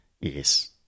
yes